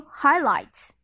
highlights